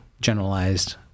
generalized